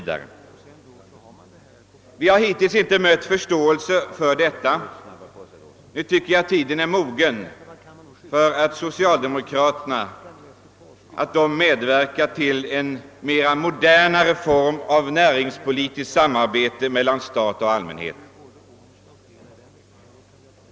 Vi har hittills inte mött någon förståelse för detta förslag. Nu tycker jag att tiden är mogen för en socialdemokratisk medverkan till en mer modern form av näringspolitiskt samarbete mellan stat och allmänhet.